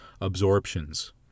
absorptions